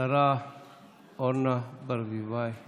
השרה אורנה ברביבאי